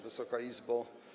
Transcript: Wysoka Izbo!